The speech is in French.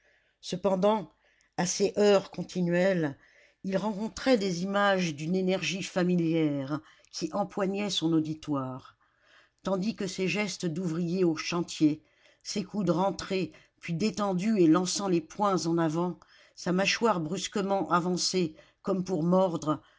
seulement à ces heurts continuels il rencontrait des images d'une énergie familière qui empoignaient son auditoire tandis que ses gestes d'ouvrier au chantier ses coudes rentrés puis détendus et lançant les poings en avant sa mâchoire brusquement avancée comme pour mordre